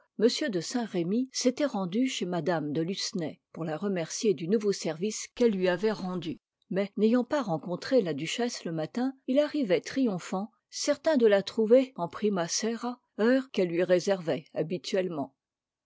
m de saint-remy s'était rendu chez mme de lucenay pour la remercier du nouveau service qu'elle lui avait rendu mais n'ayant pas rencontré la duchesse le matin il arrivait triomphant certain de la trouver en prima sera heure qu'elle lui réservait habituellement